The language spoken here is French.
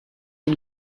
une